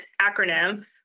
acronym